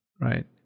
right